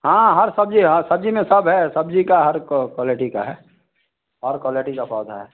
हाँ हर सब्जी है सब्जी में सब है सब्जी का हर क्वालिटी का है हर क्वालटी का पौधा है